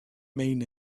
mean